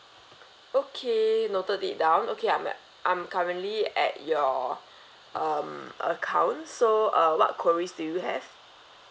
okay noted it down okay I'm I'm currently at your um account so uh what queries do you have